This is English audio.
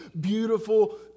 beautiful